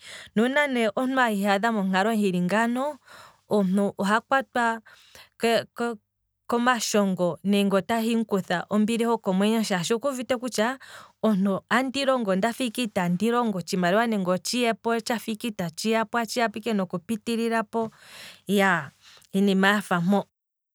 Nuununa nee omuntu iiyadha monkalo yili ngano omuntu oha kwatwa ko- ko- komashongo nenge otahi mukutha ombili hokomwenyo, shaashi okuuvite kutya omuntu andi longo maala ondafa ike itandi longo otshimaliwa nenge otshi yepo otshafa ike ita tshiyapo otatshi pitililepo, iyaaa, inima yafa mpo.